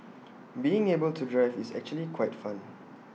being able to drive is actually quite fun